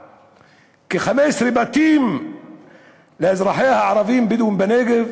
כ-15 בתים של אזרחיה הערבים הבדואים בנגב?